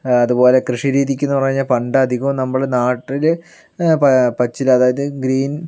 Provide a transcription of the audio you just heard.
അതുപോലെ കൃഷി രീതിക്കെന്ന് പറഞ്ഞാൽ പണ്ട് അധികവും നമ്മുടെ നാട്ടില് പച്ചില അതായത് ഗ്രീൻ